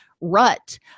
rut